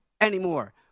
anymore